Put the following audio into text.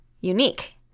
unique